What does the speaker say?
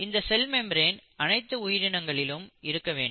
இந்த cell membrane அனைத்து உயிரினங்களிலும் இருக்க வேண்டும்